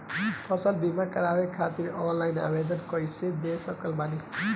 फसल बीमा करवाए खातिर ऑनलाइन आवेदन कइसे दे सकत बानी?